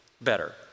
better